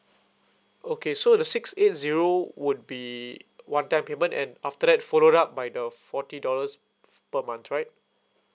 okay so the six eight zero would be one time payment and after that followed up by the forty dollars per month right